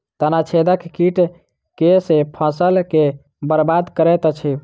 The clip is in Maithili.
तना छेदक कीट केँ सँ फसल केँ बरबाद करैत अछि?